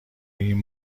این